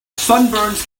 sunburns